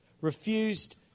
refused